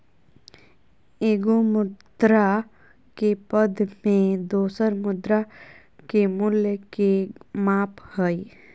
एगो मुद्रा के पद में दोसर मुद्रा के मूल्य के माप हइ